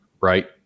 right